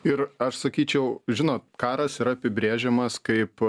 ir aš sakyčiau žinot karas yra apibrėžiamas kaip